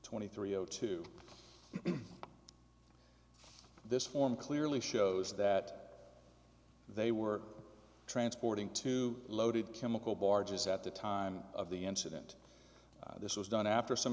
twenty three zero two this form clearly shows that they were transporting two loaded chemical barges at the time of the incident this was done after some